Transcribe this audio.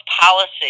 policy